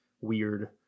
weird